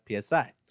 PSI